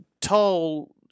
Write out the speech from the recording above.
tall